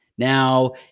Now